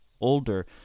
older